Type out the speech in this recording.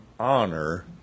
honor